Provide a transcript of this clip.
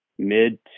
mid